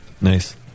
Nice